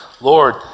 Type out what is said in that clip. Lord